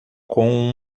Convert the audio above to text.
com